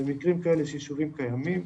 במקרים אלה שיישובים קיימים,